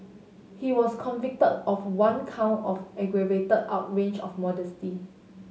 he was convicted of one count of aggravated outrage of modesty